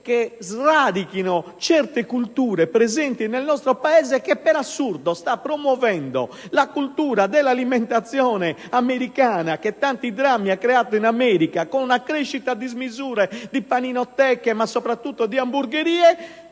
che sradichino certi costumi presenti in un Paese come il nostro che, per assurdo, sta promuovendo la cultura dell'alimentazione americana che tanti drammi ha creato in America, con una crescita a dismisura di paninoteche ma soprattutto di hamburgherie.